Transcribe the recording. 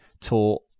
taught